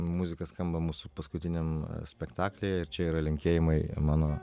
muzika skamba mūsų paskutiniam spektaklyje ir čia yra linkėjimai mano